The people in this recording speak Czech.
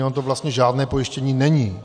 Ono to vlastně žádné pojištění není.